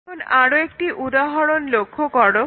এখন আরও একটি উদাহরণ লক্ষ্য করো